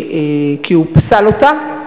כי הוא פסל אותה,